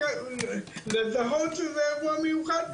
לזהות שזה אירוע מיוחד,